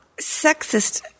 sexist